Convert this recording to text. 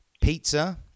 Pizza